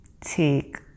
take